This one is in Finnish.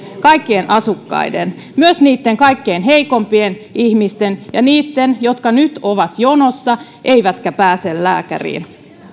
kaikkien asukkaiden myös kaikkein heikoimpien ihmisten ja niitten jotka nyt ovat jonossa eivätkä pääse lääkäriin